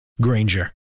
Granger